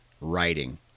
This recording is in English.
writing